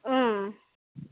ம்